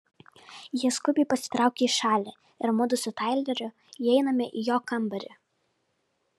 jie skubiai pasitraukia į šalį ir mudu su taileriu įeiname į jo kambarį